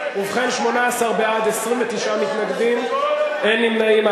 ובכן, 18 בעד, 29 מתנגדים, אין נמנעים.